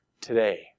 today